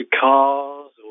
cars